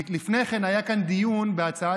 לפני כן היה כאן דיון בהצעה